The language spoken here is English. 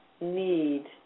need